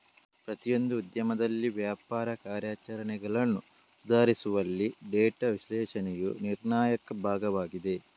ಪ್ರತಿಯೊಂದು ಉದ್ಯಮದಲ್ಲಿ ವ್ಯಾಪಾರ ಕಾರ್ಯಾಚರಣೆಗಳನ್ನು ಸುಧಾರಿಸುವಲ್ಲಿ ಡೇಟಾ ವಿಶ್ಲೇಷಣೆಯು ನಿರ್ಣಾಯಕ ಭಾಗವಾಗಿದೆ